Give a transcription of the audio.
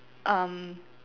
um